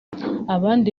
abandi